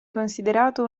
considerato